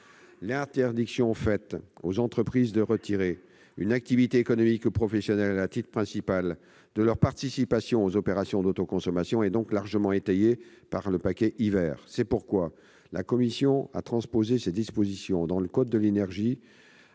L'interdiction faite aux entreprises de retirer une activité économique ou professionnelle à titre principal de leur participation aux opérations d'autoconsommation est donc largement étayée par le paquet d'hiver. C'est la raison pour laquelle la commission a transposé ces dispositions dans le code de l'énergie,